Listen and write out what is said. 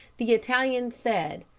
the italian said,